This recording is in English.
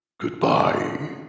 Goodbye